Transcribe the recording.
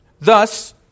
Thus